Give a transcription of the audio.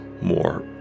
more